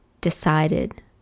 decided